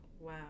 wow